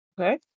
Okay